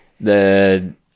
The-